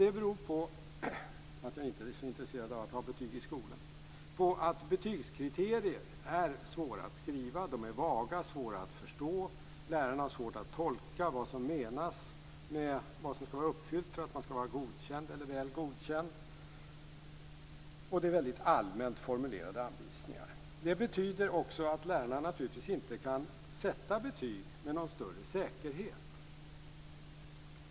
Det beror på att betygskriterier är svåra att skriva, att de är vaga och svåra att förstå. Lärarna har svårt att tolka vad som menas med vad som skall vara uppfyllt för att man skall vara godkänd eller väl godkänd. Det är väldigt allmänt formulerade anvisningar. Det betyder också att lärarna naturligtvis inte kan sätta betyg med någon större säkerhet.